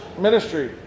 ministry